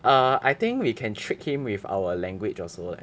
err I think we can trick him with our language also leh